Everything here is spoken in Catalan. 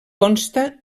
consta